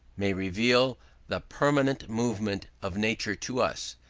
may reveal the pertinent movement of nature to us,